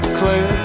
clear